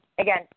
Again